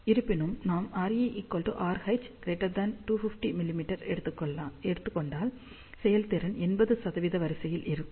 இருப்பினும் நாம் RE RH 250 மிமீ எடுத்துக் கொண்டால் செயல்திறன் 80 வரிசையில் இருக்கும்